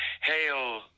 Hail